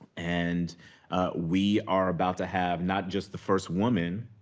and we are about to have, not just the first woman,